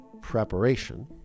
preparation